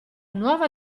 nuova